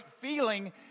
feeling